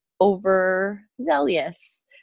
overzealous